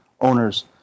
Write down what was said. owners